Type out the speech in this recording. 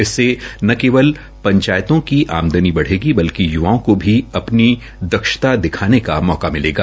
इसमें न केवल पंचायतों की आमदनी बढ़ेगी बल्कि युवाओं को भी अपनी दक्षता दिखाने का मौका मिलेगा